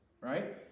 right